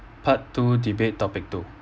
part two debate topic two